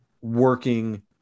working –